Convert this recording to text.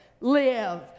live